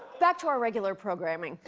back to our regular programming.